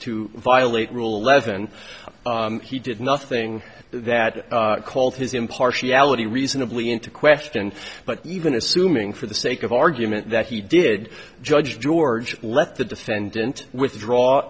to violate rule less than he did nothing that called his impartiality reasonably into question but even assuming for the sake of argument that he did judge george let the defendant withdraw